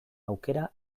aukera